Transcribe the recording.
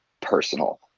personal